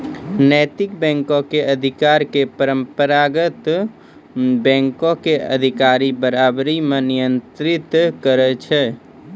नैतिक बैंको के अधिकारी के पारंपरिक बैंको के अधिकारी बराबरी मे नियंत्रित करै छै